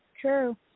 true